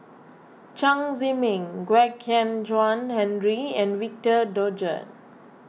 Chen Zhiming Kwek Hian Chuan Henry and Victor Doggett